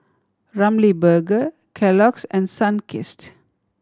Ramly Burger Kellogg's and Sunkist